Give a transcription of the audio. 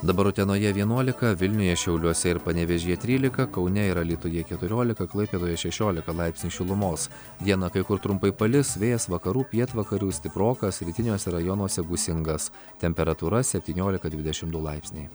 dabar utenoje vienuolika vilniuje šiauliuose ir panevėžyje trylika kaune ir alytuje keturiolika klaipėdoje šešiolika laipsnių šilumos dieną kai kur trumpai palis vėjas vakarų pietvakarių stiprokas rytiniuose rajonuose gūsingas temperatūra septyniolika dvidešim du laipsniai